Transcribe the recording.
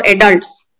adults